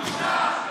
בושה.